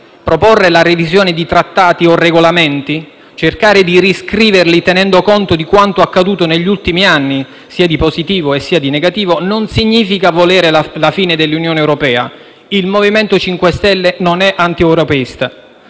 Proporre la revisione di trattati o regolamenti, cercare di riscriverli tenendo conto di quanto accaduto negli ultimi anni, sia di positivo e sia di negativo, non significa volere la fine dell'Unione europea. Il MoVimento 5 Stelle non è antieuropeista;